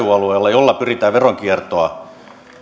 jolla pyritään veronkiertoa